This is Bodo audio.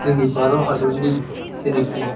जोंनि भारत हादरनि जेनाखि